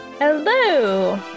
Hello